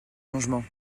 changement